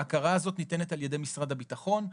ההכרה הזו ניתנת על ידי משרד הביטחון.